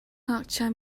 ngakchia